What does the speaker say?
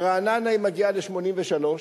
ברעננה היא מגיעה ל-83.